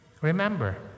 Remember